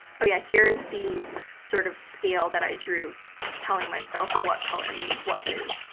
oh yeah, here is the sort of scale that i drew telling myself what color means what mood.